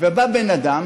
בא בן אדם